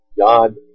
God